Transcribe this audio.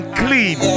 clean